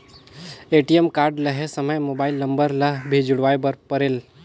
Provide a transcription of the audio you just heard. ATM card लहे समय mobile number ला भी जुड़वाए बर परेल?